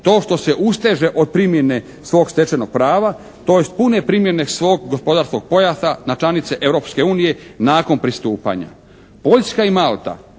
to što se usteže od primjene svog stečajnog prava, tj. pune primjene svog gospodarskog pojasa na članice Europske unije nakon pristupanja. Poljska i Malta